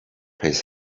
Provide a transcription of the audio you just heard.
his